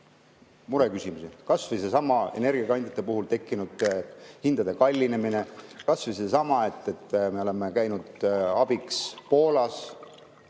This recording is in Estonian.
mureküsimusi, kas või sedasama energiakandjate tõttu tekkinud hindade kallinemist, kas või sedasama, et me oleme käinud abiks Poolas